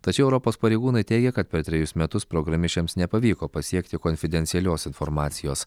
tačiau europos pareigūnai teigia kad per trejus metus programišiams nepavyko pasiekti konfidencialios informacijos